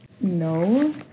no